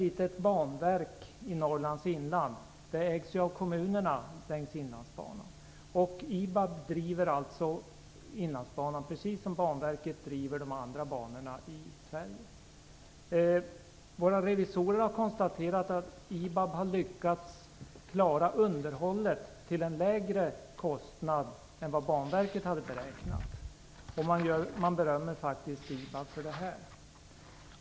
Inlandsbanan precis som Banverket driver de andra banorna i Sverige. Våra revisorer har konstaterat att IBAB har lyckats klara underhållet till en lägre kostnad än vad Banverket hade beräknat, och de berömmer faktiskt IBAB för detta.